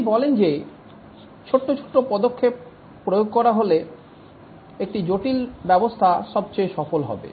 তিনি বলেন যে ছোট্ট ছোট্ট পদক্ষেপে প্রয়োগ করা হলে একটি জটিল ব্যবস্থা সবচেয়ে সফল হবে